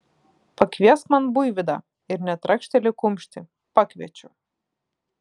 pakviesk man buivydą ir net trakšteli kumštį pakviečiu